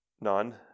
None